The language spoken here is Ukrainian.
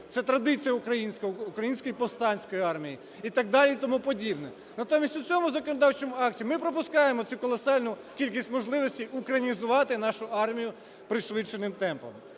Це традиція Української повстанської армії і так далі, і тому подібне. Натомість в цьому законодавчому акті ми пропускаємо цю колосальну кількість можливостей українізувати нашу армію пришвидшеними темпами.